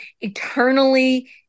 eternally